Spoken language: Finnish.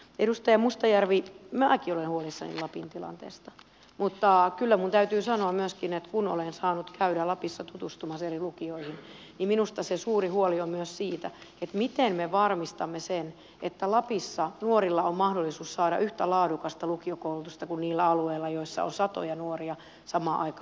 edustaja mustajärvi minäkin olen huolissani lapin tilanteesta mutta kyllä minun täytyy sanoa myöskin että kun olen saanut käydä lapissa tutustumassa eri lukioihin niin minusta se suurin huoli on myös siitä miten me varmistamme sen että lapissa nuorilla on mahdollisuus saada yhtä laadukasta lukiokoulutusta kuin niillä alueilla joilla on satoja nuoria samaan aikaan osallistumassa lukiokoulutukseen